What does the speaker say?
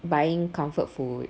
buying comfort food